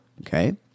okay